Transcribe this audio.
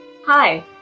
Hi